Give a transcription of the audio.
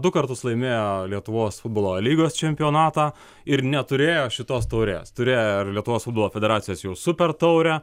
du kartus laimėjo lietuvos futbolo lygos čempionatą ir neturėjo šitos taurės turėjo ir lietuvos futbolo federacijos jau super taurę